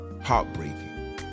heartbreaking